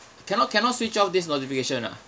cannot cannot switch off this notification ah